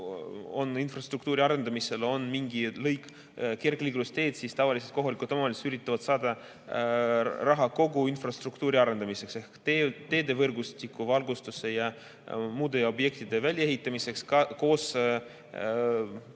on infrastruktuuri arendamisel mingi lõik kergliiklusteed, siis tavaliselt kohalikud omavalitsused üritavad saada raha kogu infrastruktuuri arendamiseks ehk teedevõrgustiku, valgustuse ja muude objektide väljaehitamiseks koos